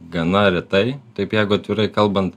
gana retai taip jeigu atvirai kalbant